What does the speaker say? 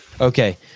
Okay